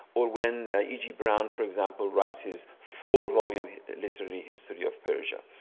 or when e g. browne for example, writes his four-volume literary history of persia.